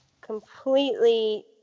completely